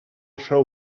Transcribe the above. show